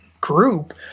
group